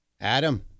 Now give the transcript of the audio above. Adam